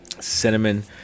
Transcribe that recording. cinnamon